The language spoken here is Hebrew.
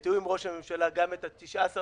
בתיאום עם ראש הממשלה, גם את ה-19 באפריל.